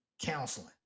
counseling